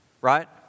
right